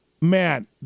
man